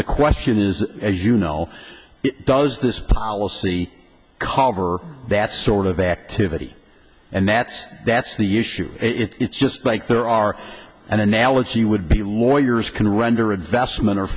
the question is as you know does this policy cover that sort of activity and that's that's the issue it's just like there are an analogy would be lawyers can render a vestment o